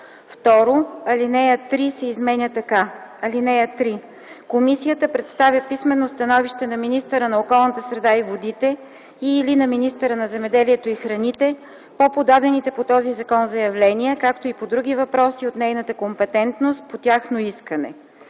2. Алинея 3 се изменя така: „(3) Комисията представя писмено становище на министъра на околната среда и водите и/или на министъра на земеделието и храните по подадените по този закон заявления, както и по други въпроси от нейната компетентност по тяхно искане.”